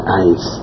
eyes